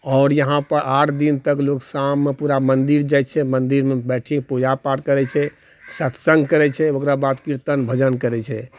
आओर यहाँपर आठ दिन तक लोक शाममे पूरा मन्दिर जाइ छै मन्दिरमे बैठीके पूरा पूजा पाठ करै छै सत्सङ्ग करै छै ओकरा बाद किर्तन भजन करै छै